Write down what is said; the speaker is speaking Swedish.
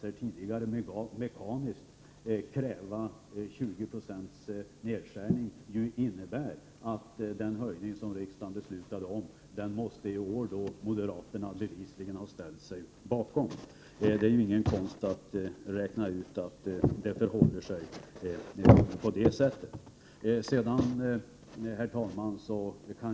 Nu kräver man mekaniskt en nedskärning med 20 960. Det betyder att moderaterna måste ha ställt sig bakom den höjning som riksdagen beslöt förra året. Det är ingen konst att räkna ut att det förhåller sig så.